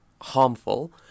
harmful